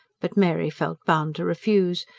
but mary felt bound to refuse.